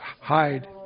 hide